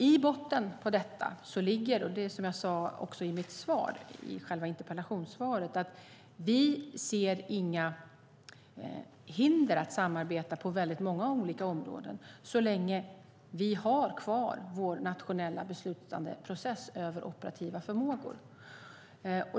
I botten på detta ligger, som jag sade också i interpellationssvaret, att vi inte ser några hinder att samarbeta på många olika områden, så länge vi har kvar vår nationella beslutandeprocess över operativa förmågor.